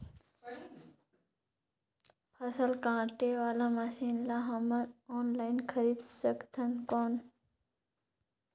फसल काटे वाला मशीन ला हमन ऑनलाइन खरीद सकथन कौन?